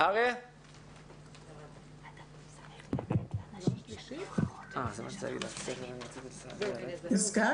חלק מהם באיזה תהליך הדרגתי החליטו לסגור.